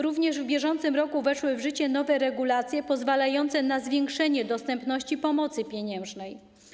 Również w br. weszły w życie nowe regulacje pozwalające na zwiększenie dostępności pomocy pieniężnej.